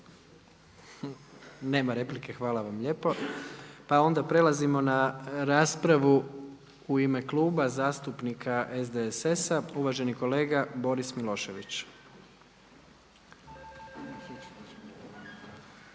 Nema replike. Hvala vam lijepo. Pa onda prelazimo na raspravu u ime Kluba zastupnika SDSS-a uvaženi kolega Boris Milošević.